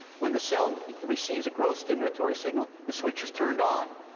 when the cell receives a growth stimulatory signal, the switch is turned on.